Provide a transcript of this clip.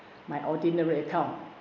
my ordinary account